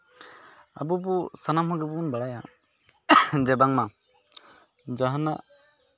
ᱟᱵᱚ ᱵᱚ ᱥᱟᱱᱟᱢ ᱦᱚᱲ ᱜᱮᱵᱚᱱ ᱵᱟᱲᱟᱭᱟ ᱡᱮ ᱵᱟᱝᱢᱟ ᱡᱟᱦᱟᱱᱟᱜ